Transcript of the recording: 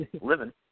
living